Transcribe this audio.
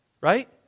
right